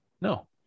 No